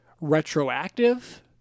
retroactive